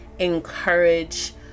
encourage